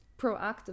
proactive